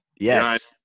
Yes